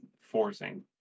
forcing